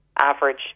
average